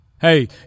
Hey